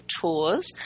tours